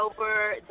over